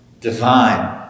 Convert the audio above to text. divine